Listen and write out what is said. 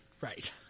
right